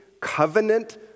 covenant